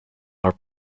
are